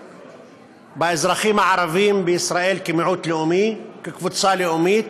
באזרחים הערבים בישראל כקבוצה לאומית.